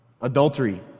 adultery